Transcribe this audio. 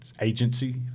agency